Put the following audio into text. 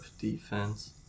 defense